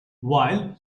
while